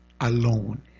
alone